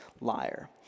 liar